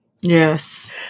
Yes